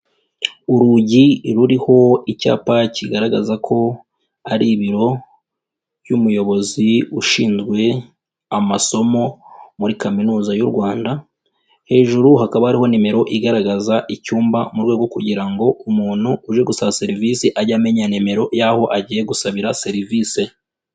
Urugi ruriho icyapa kigaragaza ko ari ibiro by'umuyobozi ushinzwe amasomo muri kaminuza y'u Rwanda, hejuru hakaba ariho nimero igaragaza icyumba mu rwego kugira ngo umuntu uje gusaba service ajye amenya nimero y'aho agiye gusabira service.